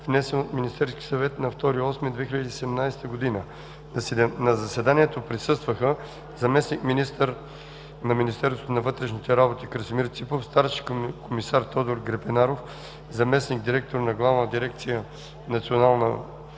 внесен от Министерски съвет на 2 август 2017 г. На заседанието присъстваха: заместник-министъра на Министерство на вътрешните работи – Красимир Ципов; старши комисар Тодор Гребенаров – заместник-директор на Главна дирекция „Национална